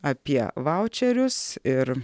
apie vaučerius ir